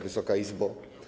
Wysoka Izbo!